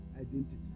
identity